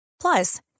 Plus